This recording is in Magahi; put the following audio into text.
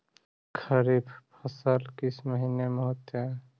खरिफ फसल किस महीने में होते हैं?